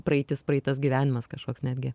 praeitis praeitas gyvenimas kažkoks netgi